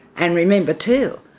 and remember too,